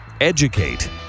Educate